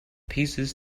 pieces